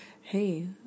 hey